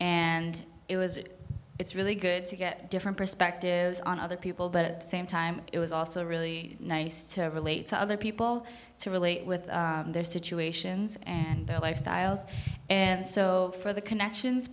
and it was it it's really good to get different perspectives on other people but at the same time it was also really nice to relate to other people to relate with their situations and their lifestyles and so for the connections